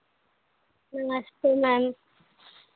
नमस्ते मैम